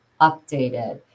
updated